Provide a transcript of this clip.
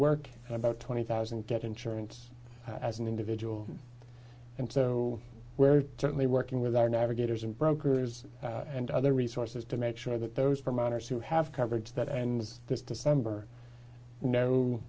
and about twenty thousand get insurance as an individual and so we're certainly working with our navigators and brokers and other resources to make sure that those for minors who have coverage that ends this december kno